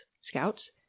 scouts